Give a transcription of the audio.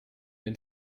die